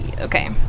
Okay